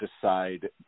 decide